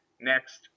next